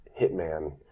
hitman